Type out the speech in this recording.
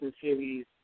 Series